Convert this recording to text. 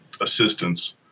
assistance